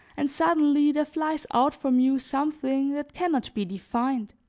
and suddenly there flies out from you something that can not be defined,